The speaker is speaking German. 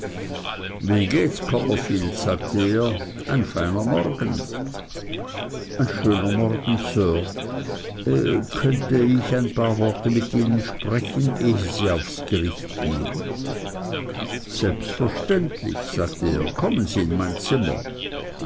wie gehts copperfield sagte er ein feiner morgen ein schöner morgen sir könnte ich ein paar worte mit ihnen sprechen ehe sie aufs gericht gehen selbstverständlich sagte er kommen sie in mein zimmer